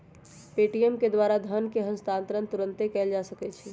Paytm के द्वारा धन के हस्तांतरण तुरन्ते कएल जा सकैछइ